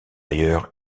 ailleurs